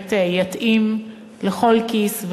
שבאמת יתאים לכל כיס,